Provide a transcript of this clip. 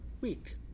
week